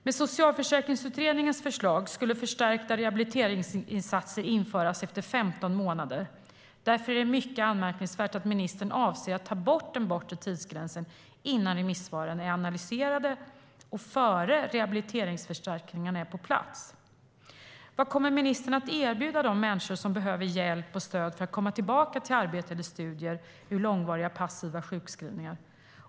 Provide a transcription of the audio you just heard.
Med Socialförsäkringsutredningens förslag skulle förstärkta rehabiliteringsinsatser införas efter 15 månader. Därför är det mycket anmärkningsvärt att ministern avser att ta bort den bortre tidsgränsen innan remissvaren är analyserade och innan rehabiliteringsförstärkningarna är på plats. Vad kommer ministern att erbjuda de människor som behöver hjälp och stöd för att komma tillbaka till arbete eller studier från långvariga, passiva sjukskrivningar?